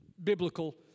Biblical